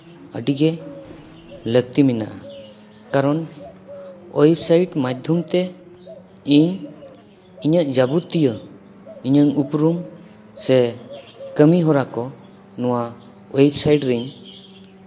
ᱟᱹᱰᱤᱜᱮ ᱞᱟᱹᱠᱛᱤ ᱢᱮᱱᱟᱜᱼᱟ ᱠᱟᱨᱚᱱ ᱳᱭᱮᱵᱽᱥᱟᱭᱤᱴ ᱢᱟᱫᱽᱫᱷᱚᱢ ᱛᱮ ᱤᱧ ᱤᱧᱟᱹᱜ ᱡᱟᱵᱚᱛᱤᱭᱚ ᱤᱧᱟᱹᱝ ᱩᱯᱨᱩᱢ ᱥᱮ ᱠᱟᱹᱢᱤ ᱦᱚᱨᱟ ᱠᱚ ᱱᱚᱣᱟ ᱳᱭᱮᱵᱽᱥᱟᱭᱤᱴ ᱨᱤᱧ